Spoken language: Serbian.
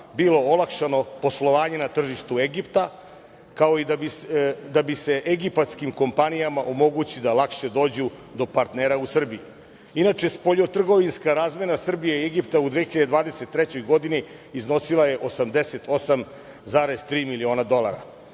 bilo olakšano poslovanje na tržištu Egipta da bi se egipatskim kompanijama omogućilo da lakše dođu do partnera u Srbiji. Inače, spoljnotrgovinska razmena Srbije i Egipta u 2023. godini iznosila je 88,3 miliona dolara.